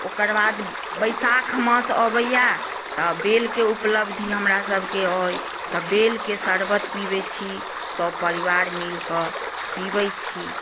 ओकर बाद वैशाख मास अबैए तऽ बेलके उपलब्धि हमरासभकेँ अइ तऽ बेलक शर्बत पीबैत छी सभपरिवार मिलि कऽ पीबैत छी